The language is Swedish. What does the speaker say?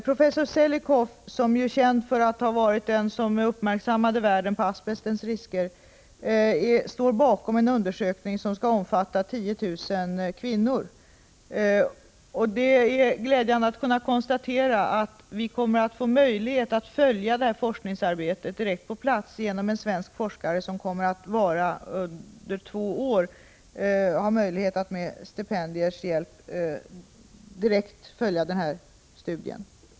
Professor Selikoff, känd som den som uppmärksammade världen på asbestanvändningens risker, står bakom en undersökning som skall omfatta 10 000 personer. Det är glädjande att kunna konstatera att vi kommer att på plats kunna informera oss om detta forskningsarbete genom en svensk forskare, som med hjälp av stipendier får möjlighet att följa studien under två år.